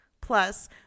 Plus